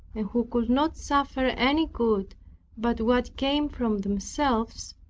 and who could not suffer any good but what came from themselves,